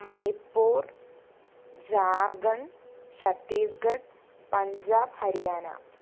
Manipur Jharkhand Chhattisgarh Punjab Haryana